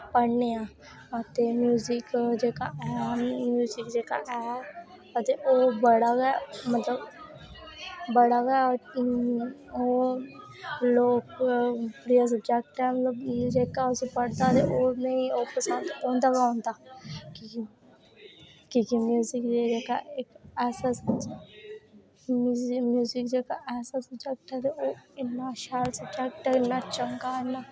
पढ़नें आं ते म्युजिक जेह्की ऐ ते ओह् बड़ा गै मतलव बड़ा गै ओह् लोग ओह् स्वजैक्ट ऐ उसी पढ़दां ते ओह् पसंद औंदा लेकिन म्युजिक इक ऐसा स्वजैक्ट ते इन्ना शैल स्वजैक्ट ऐ इन्नै शैल इन्ना चंगा